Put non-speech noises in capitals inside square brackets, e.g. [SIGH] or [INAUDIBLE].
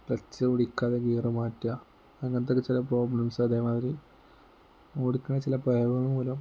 clutch പിടിക്കാതെ gear മാറ്റുക അങ്ങനത്തെയൊക്കെ ചില പ്രോബ്ലംസ് അതേ മാതിരി ഓടിക്കുന്ന ചില [UNINTELLIGIBLE] മൂലം